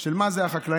של מה זה החקלאים,